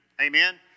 Amen